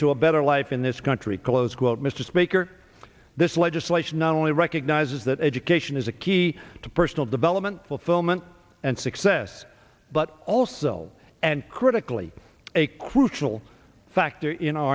to a better life in this country close quote mr speaker this legislation not only recognizes that education is a key to personal development fulfillment and success but also and critically a crucial factor